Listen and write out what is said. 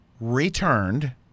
returned